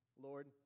Lord